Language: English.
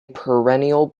perennial